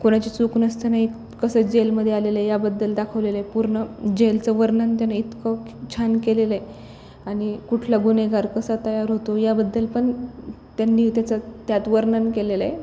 कोणाची चूक नसतानाही कसं जेलमध्ये आलेलं आहे याबद्दल दाखवलेलं आहे पूर्ण जेलचं वर्णन त्यानं इतकं छान केलेलं आहे आणि कुठला गुन्हेगार कसा तयार होतो याबद्दलपण त्यांनी त्याचं त्यात वर्णन केलेलं आहे